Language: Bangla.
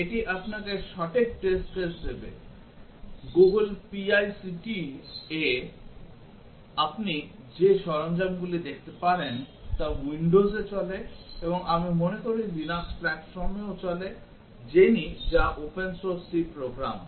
এটি আপনাকে সঠিক টেস্ট কেস দেবে Google PICT এ আপনি যে সরঞ্জামগুলি দেখতে পারেন তা Windows এ চলে এবং আমি মনে করি লিনাক্স প্ল্যাটফর্মেও চলে Jenny যা open source C প্রোগ্রাম